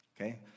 okay